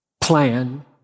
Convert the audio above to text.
plan